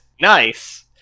Nice